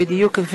להצביע בשם עצמו.